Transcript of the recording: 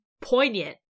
poignant